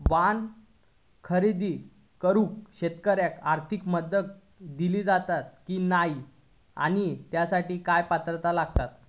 वाहन खरेदी करूक शेतकऱ्यांका आर्थिक मदत दिली जाता की नाय आणि त्यासाठी काय पात्रता लागता?